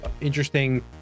interesting